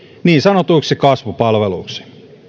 niin sanotuiksi kasvupalveluiksi